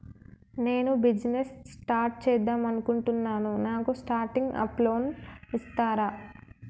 నేను business start చేద్దామనుకుంటున్నాను నాకు స్టార్టింగ్ అప్ లోన్ ఇస్తారా?